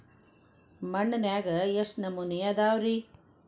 ಮಣ್ಣಿನಾಗ ಎಷ್ಟು ನಮೂನೆ ಅದಾವ ರಿ?